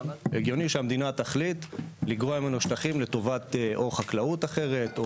הגיוני שהמדינה תחליט לגרוע ממנו שטחים לטובת או חקלאות אחרת,